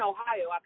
Ohio